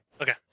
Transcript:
Okay